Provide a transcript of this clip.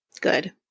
good